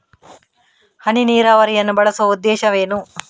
ಹನಿ ನೀರಾವರಿಯನ್ನು ಬಳಸುವ ಉದ್ದೇಶವೇನು?